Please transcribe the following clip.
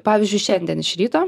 pavyzdžiui šiandien iš ryto